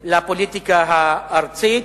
לפוליטיקה הארצית,